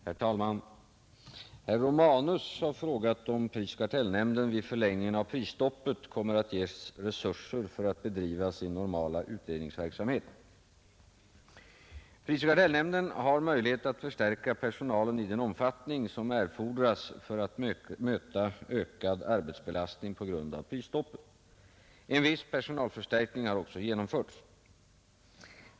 Herr talman! Herr Romanus har frågat om prisoch kartellnämnden vid förlängningen av prisstoppet kommer att ges resurser att bedriva sin normala utredningsverksamhet. Prisoch kartellnämnden har möjlighet att förstärka personalen i den omfattning som erfordras för att möta ökad arbetsbelastning på grund av prisstoppet. En viss personalförstärkning har också genomförts.